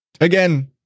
again